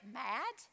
mad